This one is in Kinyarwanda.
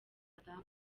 madam